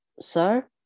sir